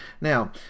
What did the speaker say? Now